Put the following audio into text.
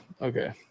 Okay